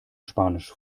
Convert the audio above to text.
spanisch